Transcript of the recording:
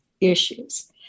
issues